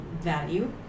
value